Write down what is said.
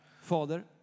Father